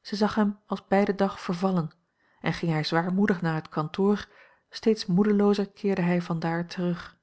zij zag hem als bij den dag vervallen en ging hij zwaarmoedig naar het kantoor steeds moedeloozer keerde hij van daar terug